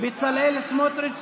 בצלאל סמוטריץ',